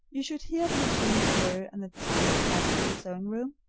you should hear the machines whir and the tongues clatter in the sewing room.